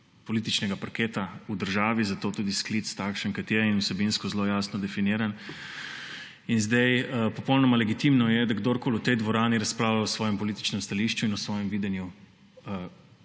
političnega parketa v državi, zato tudi sklic takšen, kot je, in vsebinsko zelo jasno definiran. In zdaj popolnoma legitimno je, da kdorkoli v tej dvorani razpravlja o svojem političnem stališču in o svojem videnju